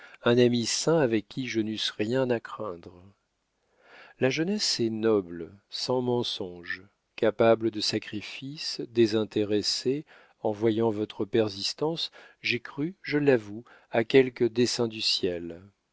un ami saint avec qui je n'eusse rien à craindre la jeunesse est noble sans mensonges capable de sacrifices désintéressée en voyant votre persistance j'ai cru je l'avoue à quelque dessein du ciel